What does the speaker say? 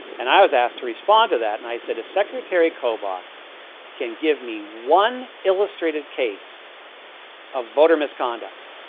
and i was asked to respond to that. and i said, if secretary kobuk can give me one illustrative case of voter misconduct,